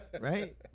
right